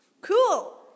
Cool